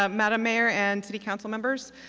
um madam mayor and city councilmembers,